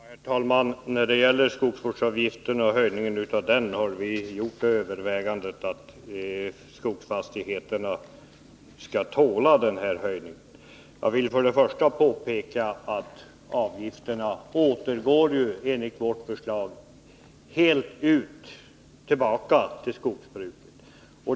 Herr talman! När det gäller höjningen av skogsvårdsavgiften har vi gjort övervägandet att skogsfastigheterna skall tåla den höjningen. Jag vill för det första påpeka att avgifterna återgår enligt vårt förslag fullt ut till skogsbruket.